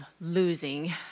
losing